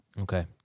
Okay